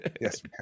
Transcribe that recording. yes